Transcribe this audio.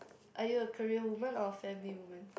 are you a career woman or a family woman